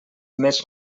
més